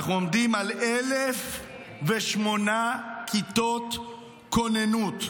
אנחנו עומדים על 1,008 כיתות כוננות: